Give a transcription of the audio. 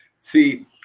see